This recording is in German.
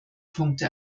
punkte